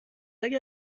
اگر